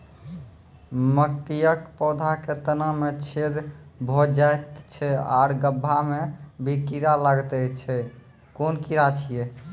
मकयक पौधा के तना मे छेद भो जायत छै आर गभ्भा मे भी कीड़ा लागतै छै कून कीड़ा छियै?